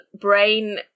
brain